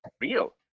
real